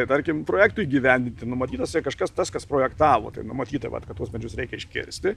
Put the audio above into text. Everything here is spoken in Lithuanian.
tai tarkim projektui įgyvendinti numatytas kažkas tas kas projektavo tai numatyta vat kad tuos medžius reikia iškirsti